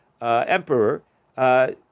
emperor